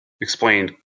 explained